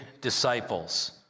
disciples